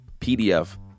PDF